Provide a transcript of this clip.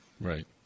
Right